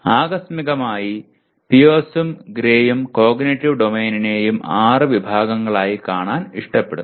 ആകസ്മികമായി പിയേഴ്സും ഗ്രേയും കോഗ്നിറ്റീവ് ഡൊമെയ്നിനെയും ആറ് വിഭാഗങ്ങളായി കാണാൻ ഇഷ്ടപ്പെടുന്നു